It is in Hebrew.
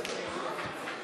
לשנת הכספים 2017,